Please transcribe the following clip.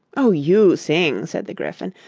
oh, you sing said the gryphon.